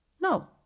no